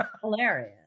hilarious